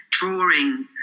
drawing